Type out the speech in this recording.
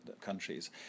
countries